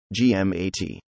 GMAT